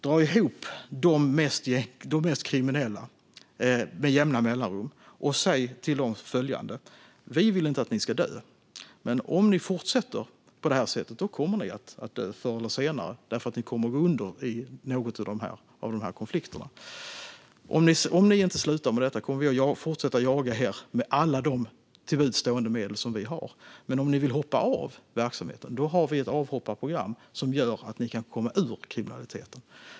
Dra ihop de mest gängkriminella med jämna mellanrum och säg till dem: Vi vill inte att ni ska dö, men om ni fortsätter på det här sättet kommer ni att dö förr eller senare. Ni kommer att gå under i någon av de här konflikterna. Om ni inte slutar med detta kommer vi att fortsätta jaga er med alla till buds stående medel. Men om ni vill hoppa av verksamheten har vi ett avhopparprogram som gör att ni kan komma ur kriminaliteten.